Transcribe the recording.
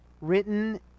written